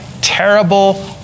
terrible